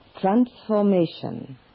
transformation